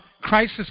crisis